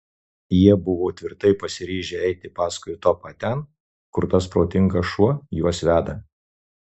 jie buvo tvirtai pasiryžę eiti paskui topą ten kur tas protingas šuo juos veda